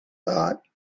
thought